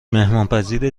مهمانپذیر